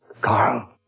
Carl